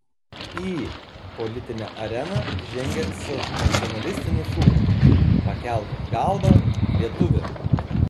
į politinę areną žengia su nacionalistiniu šūkiu pakelk galvą lietuvi